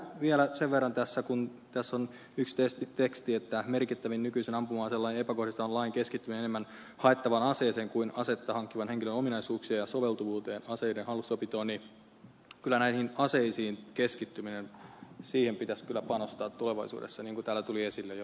vielä sen verran tästä että kun tässä on teksti että merkittävin nykyisen ampuma aselain epäkohdista on lain keskittyminen enemmän haettavaan aseeseen kuin asetta hankkivan henkilön ominaisuuksiin ja soveltuvuuteen aseiden hallussapitoon niin kyllä näihin aseisiin keskittymiseen pitäisi kyllä panostaa tulevaisuudessa niin kuin täällä tuli esille jo